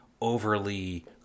overly